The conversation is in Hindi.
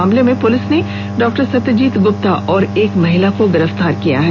मामले में पुलिस ने डॉ सत्यजीत गुप्ता और एक महिला को हिरासत में लिया है